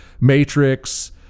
Matrix